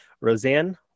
Roseanne